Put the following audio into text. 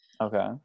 Okay